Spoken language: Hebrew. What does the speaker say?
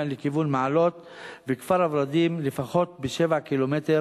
לכיוון מעלות וכפר-ורדים לפחות ב-7 קילומטר,